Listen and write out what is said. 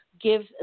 give